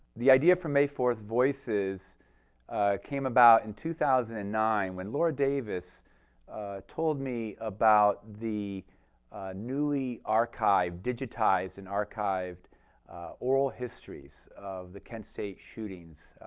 the idea for may fourth voices came about in two thousand and nine, when laura davis told me about the newly archived, digitized and archived oral histories of the kent state shootings.